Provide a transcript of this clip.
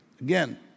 Again